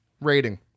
rating